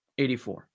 84